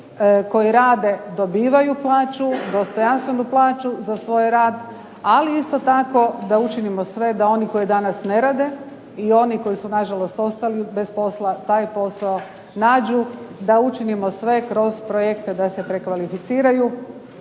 koji rade dobivaju plaću, dostojanstvenu plaću za svoj rad, ali isto tako da učinimo sve da oni koji danas ne rade i oni koji su na žalost ostali bez posla taj posao nađu, da učinimo sve kroz projekte da se prekvalificiraju,